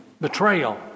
Betrayal